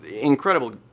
incredible